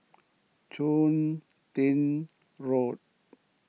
Chun Tin Road